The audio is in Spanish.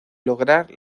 lograr